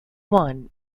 one